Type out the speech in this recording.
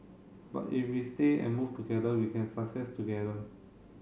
but if we stay and move together we can success together